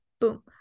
boom